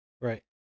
Right